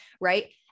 right